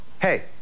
Hey